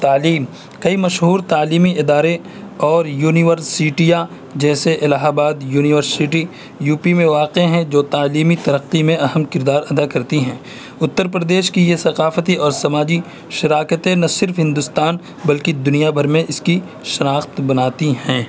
تعلیم کئی مشہور تعلیمی ادارے اور یونیورسٹیاں جیسے Allahabad university U P میں واقع ہیں جو تعلیمی ترقی میں اہم کردار ادا کرتی ہیں اُتّر پردیش کی یہ ثقافتی اور سماجی شراکتیں نہ صرف ہندوستان بلکہ دنیا بھر میں اس کی شناخت بناتی ہیں